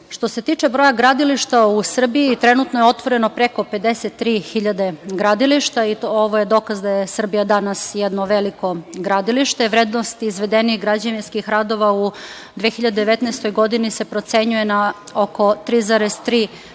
se tiče broja gradilišta u Srbiji, trenutno je otvoreno preko 53 hiljade gradilišta i ovo je dokaz da je Srbija danas jedno veliko gradilište. Vrednost izvedenih građevinskih radova u 2019. godini se procenjuje na oko 3,3